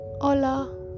Hola